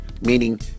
meaning